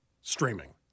streaming